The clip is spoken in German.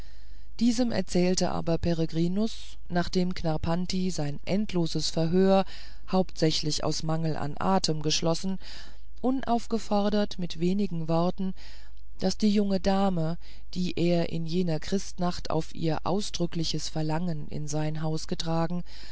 diesem erzählte aber peregrinus nachdem knarrpanti sein endloses verhör hauptsächlich aus mangel an atem geschlossen unaufgefordert mit wenigen worten daß die junge dame die er in jener christnacht auf ihr ausdrückliches verlangen in sein haus getragen